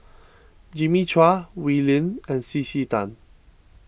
Jimmy Chua Wee Lin and C C Tan